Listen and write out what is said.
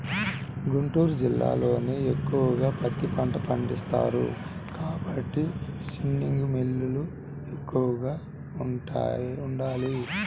గుంటూరు జిల్లాలోనే ఎక్కువగా పత్తి పంట పండిస్తారు కాబట్టి స్పిన్నింగ్ మిల్లులు ఎక్కువగా ఉండాలి